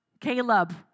Caleb